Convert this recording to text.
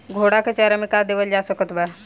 घोड़ा के चारा मे का देवल जा सकत बा?